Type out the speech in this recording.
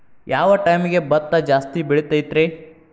ಯಾವ ಟೈಮ್ಗೆ ಭತ್ತ ಜಾಸ್ತಿ ಬೆಳಿತೈತ್ರೇ?